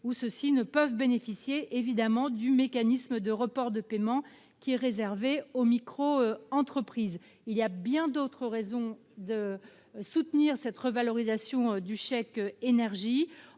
où ils ne peuvent bénéficier du mécanisme de report de paiement, réservé aux microentreprises. Il y a bien d'autres raisons de soutenir cette revalorisation du chèque énergie,